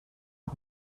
aus